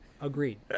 agreed